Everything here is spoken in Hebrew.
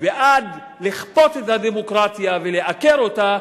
ועד לכפות את הדמוקרטיה ולעקר אותה,